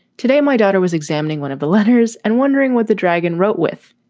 today, my daughter was examining one of the letters and wondering what the dragon wrote with.